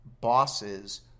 bosses